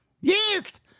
Yes